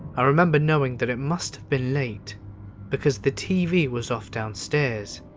i remember knowing that it must have been late because the tv was off downstairs.